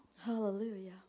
hallelujah